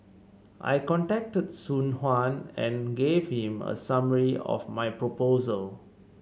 I contacted Soon Juan and gave him a summary of my proposal